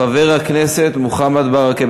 חבר הכנסת מוחמד ברכה,